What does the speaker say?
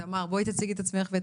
תמר, בבקשה תציגי לנו את עצמך.